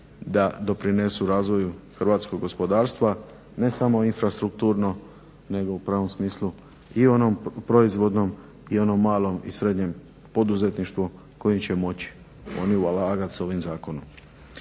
da doprinesu razvoju hrvatskog gospodarstva ne samo infrastrukturno nego u pravom smislu i onom proizvodnom i onom malom i srednjem poduzetništvu kojim će moći oni ulagati s ovim zakonom.